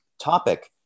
topic